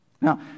Now